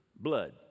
blood